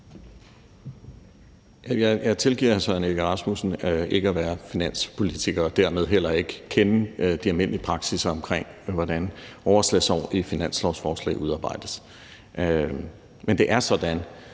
Jeg tilgiver hr. Søren Egge Rasmussen for ikke at være finanspolitiker og dermed heller ikke kende de almindelige praksisser for, hvordan overslagsår i et finanslovsforslag udarbejdes. Men det er sådan,